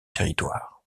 territoire